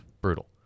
brutal